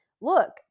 Look